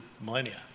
millennia